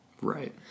Right